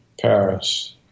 Paris